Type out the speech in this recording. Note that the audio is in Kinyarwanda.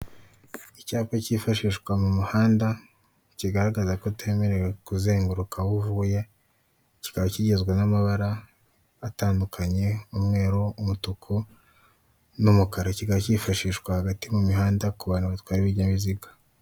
Icyapa kifashishwa mu muhanda kigaragaza ko utemerewe kuzenguruka iyo uvuye, kikaba kigizwe n'amabara atandukanye umweru, umutuku n'umukara kikaba kifashishwa hagati mu mihanda ku bantu batwara ibinyabiziga.